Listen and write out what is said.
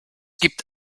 gibt